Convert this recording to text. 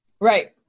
Right